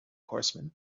horsemen